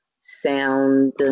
sound